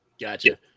Gotcha